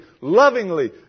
lovingly